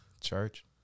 Church